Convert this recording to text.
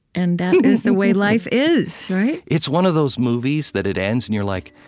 and that is the way life is, right? it's one of those movies that it ends, and you're like,